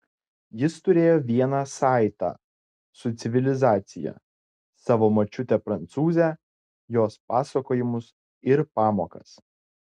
jis turėjo vieną saitą su civilizacija savo močiutę prancūzę jos pasakojimus ir pamokas